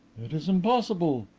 it is impossible.